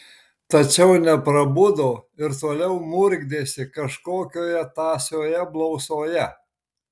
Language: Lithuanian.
tačiau neprabudo ir toliau murkdėsi kažkokioje tąsioje blausoje